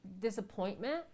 Disappointment